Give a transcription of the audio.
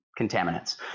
contaminants